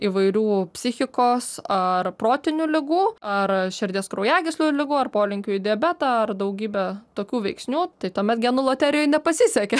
įvairių psichikos ar protinių ligų ar širdies kraujagyslių ligų ar polinkiu į diabetą ar daugybę tokių veiksnių tai tuomet genų loterijoj nepasisekė